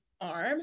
arm